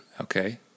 Okay